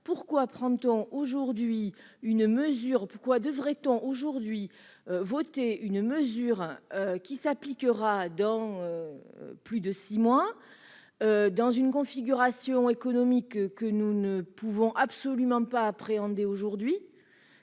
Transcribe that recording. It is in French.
Pourquoi devrions-nous voter aujourd'hui une mesure qui s'appliquera dans plus de six mois, dans une configuration économique que nous ne pouvons absolument pas apprécier, tant nous